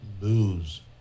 lose